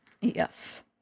Yes